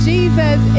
Jesus